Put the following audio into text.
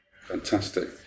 Fantastic